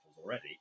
already